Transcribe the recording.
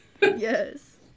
Yes